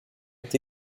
est